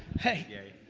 hey, gary.